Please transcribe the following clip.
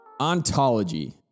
Ontology